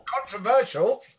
controversial